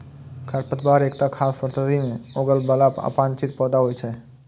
खरपतवार एकटा खास परिस्थिति मे उगय बला अवांछित पौधा होइ छै